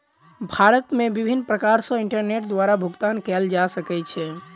भारत मे विभिन्न प्रकार सॅ इंटरनेट द्वारा भुगतान कयल जा सकै छै